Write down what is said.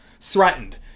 threatened